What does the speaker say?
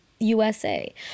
USA